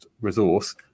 resource